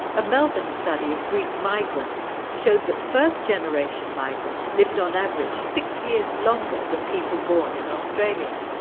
a melbourne study of greek migrants showed that first generation migrants lived on average six years longer than people born in australia.